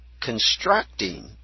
constructing